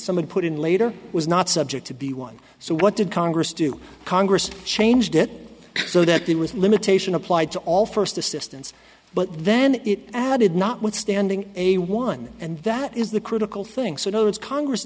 someone put in later was not subject to be one so what did congress do congress changed it so that it was limitation applied to all first assistance but then it added not withstanding a one and that is the critical thing so congress